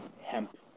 hemp